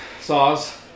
saws